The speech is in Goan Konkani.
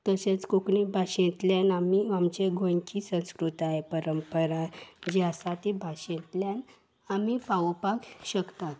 तशेंच कोंकणी भाशेंतल्यान आमी आमचे गोंयची संस्कृताय परंपरा जी आसा ती भाशेंतल्यान आमी पावोवपाक शकतात